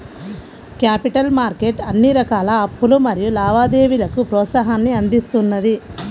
capital market అన్ని రకాల అప్పులు మరియు లావాదేవీలకు ప్రోత్సాహాన్ని అందిస్తున్నది